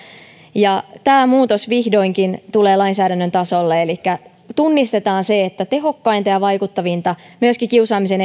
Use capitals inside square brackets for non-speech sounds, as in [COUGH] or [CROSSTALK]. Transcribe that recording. tämä muutos tulee vihdoinkin lainsäädännön tasolle elikkä tunnistetaan se että tehokkainta ja vaikuttavinta myös kiusaamisen [UNINTELLIGIBLE]